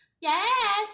Yes